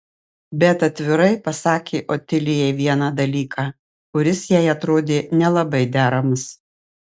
bet atvirai pasakė otilijai vieną dalyką kuris jai atrodė nelabai deramas